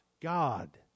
God